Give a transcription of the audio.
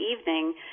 evening